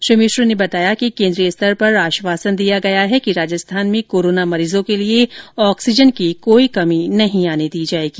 श्री मिश्र ने बताया कि केन्द्रीय स्तर पर आश्वासन दिया गया है कि राजस्थान में कोरोना मरीजों के लिए ऑक्सीजन की कोई कमी नहीं आने दी जाएगी